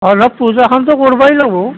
অঁ নহয় পূজাখনতো কৰিবয়েই লাগিব